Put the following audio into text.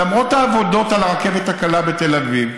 למרות העבודות על הרכבת הקלה בתל אביב,